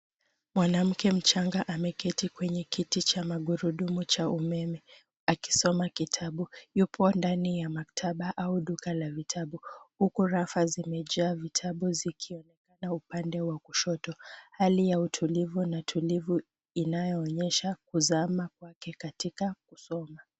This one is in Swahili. Mwanamke mchanga ameketi kwenye kiti cha magurudumu cha umeme akisoma kitabu. Yuko ndani ya maktaba au duka la vitabu huku rafa zimejaa vitabu zikionekana upande wa kushoto. Hali ya utulizu na tulivu inayoonyesha kuzama kwake katika kusoma.